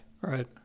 right